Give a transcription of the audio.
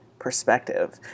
perspective